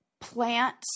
plants